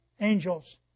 angels